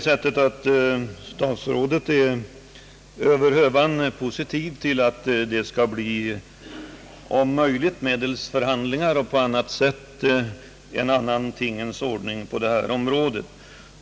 Statsrådet är över hövan positiv till att det medelst förhandlingar eller på annat sätt skall bli en ny tingens ordning på detta område.